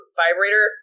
vibrator